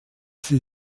sie